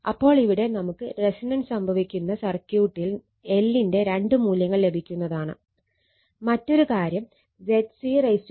അപ്പോൾ ഇവിടെ നമുക്ക് റെസൊണൻസ് സംഭവിക്കുന്ന സർക്യൂട്ടിൽ L ന്റെ രണ്ട് മൂല്യങ്ങൾ ലഭിക്കുന്നതാണ്